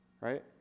right